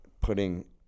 putting